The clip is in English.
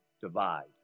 divide